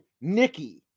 Nikki